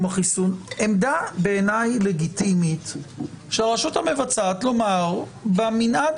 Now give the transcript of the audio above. החיסון בעיניי זו עמדה לגיטימית של הרשות המבצעת לומר: במנעד